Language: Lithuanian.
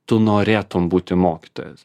tu norėtum būti mokytojas